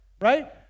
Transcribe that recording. right